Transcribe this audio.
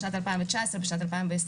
בשנת 2019 ובשנת 2020,